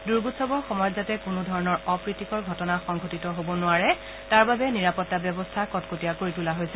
দুৰ্গোৎসৱৰ সময়ত যাতে কোনো ধৰণৰ অপ্ৰীতিকৰ ঘটনা সংঘটিত হব নোৱাৰে তাৰ বাবে নিৰাপত্তা ব্যৱস্থা অধিক কটকটীয়া কৰি তোলা হৈছে